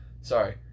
Sorry